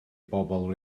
bobl